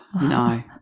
No